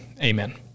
Amen